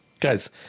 Guys